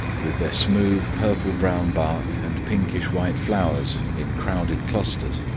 with their smooth purple-brown bark and pinkish white flowers in crowded clusters,